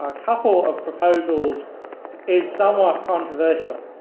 ah couple of proposals is somewhat controversial.